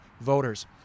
voters